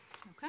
Okay